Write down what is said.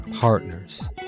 Partners